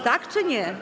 Tak czy nie?